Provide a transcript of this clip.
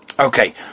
Okay